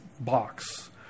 box